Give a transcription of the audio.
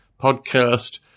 podcast